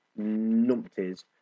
numpties